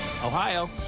Ohio